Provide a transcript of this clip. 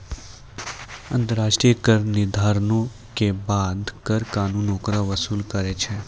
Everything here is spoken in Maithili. अन्तर्राष्ट्रिय कर निर्धारणो के बाद कर कानून ओकरा वसूल करै छै